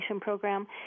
program